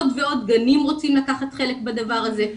עוד ועוד גנים רוצים לקחת חלק בדבר הזה,